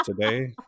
today